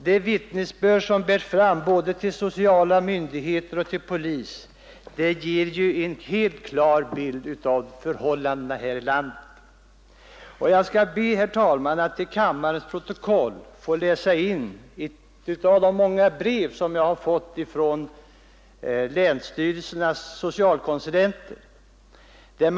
De vittnesbörd som bärs fram både till sociala myndigheter och till polis ger en helt klar bild av förhållandena här i landet. Jag skall be, herr talman, att till kammarens protokoll få läsa in några rader ur ett av de många brev som jag har fått från länsstyrelsernas socialkonsulenter.